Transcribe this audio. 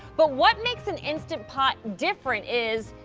but what makes an instant pot different is,